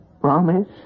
Promise